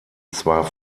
zwar